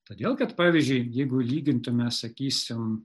todėl kad pavyzdžiui jeigu lygintume sakysim